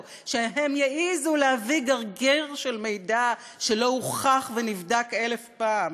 שהם יעזו להביא גרגר של מידע שלא הוכח ונבדק אלף פעם.